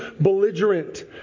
belligerent